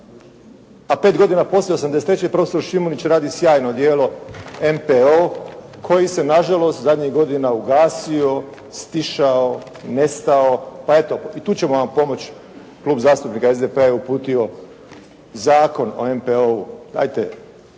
a pet godina poslije '83. profesor Šimunić radi sjajno djelo MPO, koji se nažalost zadnjih godina ugasio, stišao, nestao, pa eto i tu ćemo vam pomoći, Klub zastupnika SDP-a je uputio Zakon o MPO-u,